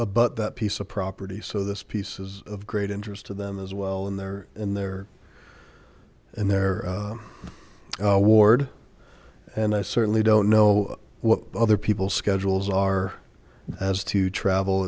but that piece of property so this pieces of great interest to them as well in their in their in their ward and i certainly don't know what other people schedules are as to travel